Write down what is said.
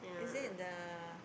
is it the